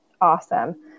awesome